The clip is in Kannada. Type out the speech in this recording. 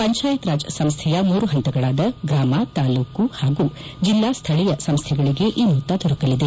ಪಂಚಾಯಿತ್ ರಾಜ್ ಸಂಸ್ಥೆಯ ಮೂರು ಪಂತಗಳಾದ ಗ್ರಾಮ ತಾಲ್ಲೂಕು ಪಾಗೂ ಜೆಲ್ಲಾ ಸ್ಟೀಯ ಸಂಸ್ಥೆಗಳಿಗೆ ಈ ಮೊತ್ತ ದೊರಕಲಿದೆ